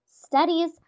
Studies